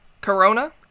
Corona